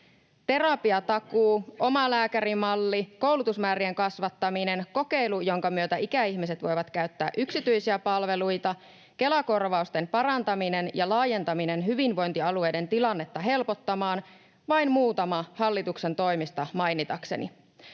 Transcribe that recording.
Terapiatakuu, omalääkärimalli, koulutusmäärien kasvattaminen, kokeilu, jonka myötä ikäihmiset voivat käyttää yksityisiä palveluita, Kela-korvausten parantaminen ja laajentaminen hyvinvointialueiden tilannetta helpottamaan — vain muutaman hallituksen toimista mainitakseni